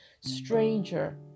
stranger